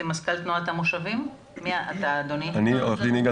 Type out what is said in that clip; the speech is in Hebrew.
מר יגאל